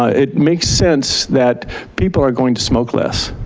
ah it makes sense that people are going to smoke less.